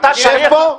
שב פה.